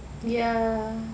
ya